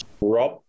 Rob